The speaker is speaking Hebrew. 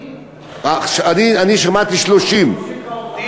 80. אני שמעתי 30. 30